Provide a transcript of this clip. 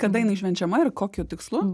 kada jinai švenčiama ir kokiu tikslu